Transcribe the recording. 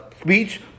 speech